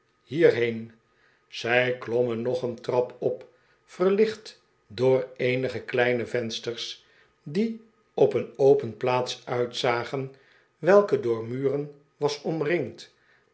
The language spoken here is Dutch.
hierheen zij klommen nog een trap op verlicht door eenige kleine vensters die op een open plaats uitzagen welke door muren was omringd